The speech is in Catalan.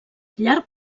llarg